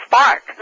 spark